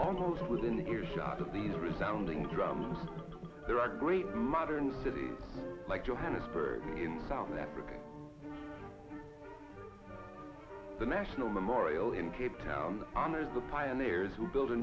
region within earshot of these resoundingly drums there are great modern cities like johannesburg in south africa the national memorial in cape town honors the pioneers who built a